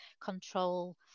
control